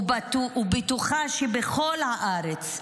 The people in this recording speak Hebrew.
ובטוחה שבכל הארץ,